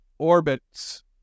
orbits